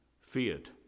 feared